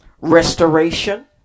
Restoration